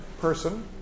person